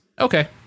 Okay